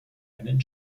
einen